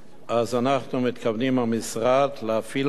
אז אנחנו מתכוונים במשרד להפעיל מערך